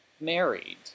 married